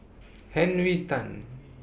Henry Tan